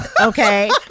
Okay